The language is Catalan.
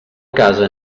casa